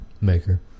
Maker